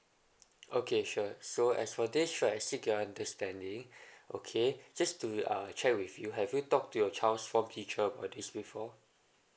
okay sure so as for this right I seek your understanding okay just to uh check with you have you talked to your child's form teacher about this before